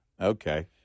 Okay